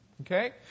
okay